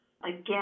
Again